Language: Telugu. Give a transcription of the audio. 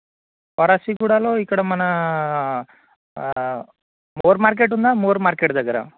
వారాసిగూడాలో ఇక్కడ మన మోర్ మార్కెటుందా మోర్ మార్కెట్ దగ్గర